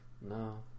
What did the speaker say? No